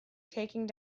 taking